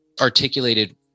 articulated